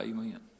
Amen